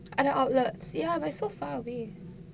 other outlets ya but it's so far away